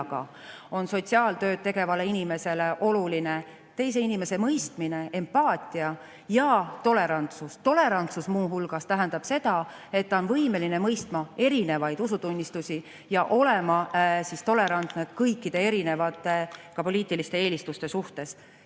aga on sotsiaaltööd tegevale inimesele oluline teise inimese mõistmine, empaatia ja tolerantsus. Tolerantsus tähendab muu hulgas seda, et inimene on võimeline mõistma erinevaid usutunnistusi ja olema tolerantne kõikide erinevate, ka poliitiliste eelistuste suhtes,